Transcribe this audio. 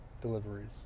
deliveries